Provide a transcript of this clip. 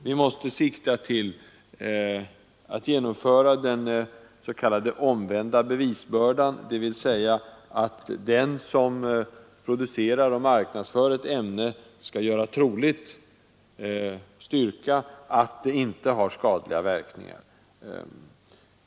Vi måste sikta till att genomföra den s.k. omvända bevisbördan, dvs. att den, som producerar och marknadsför ett ämne, skall göra troligt och styrka att ämnet inte har skadliga verkningar.